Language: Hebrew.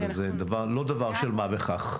וזה לא דבר של מה בכך.